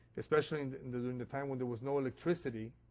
especially and and during the time when there was no electricity,